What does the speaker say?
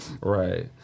right